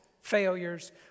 failures